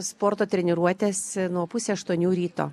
sporto treniruotes nuo pusę aštuonių ryto